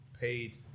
paid